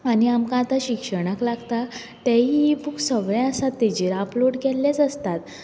आनी आतां आमकां शिक्षणाक लागता तेय इ बूक्स सगळे आसात तेचेर अपलोड केल्लेच आसतात